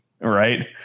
Right